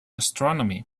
astronomy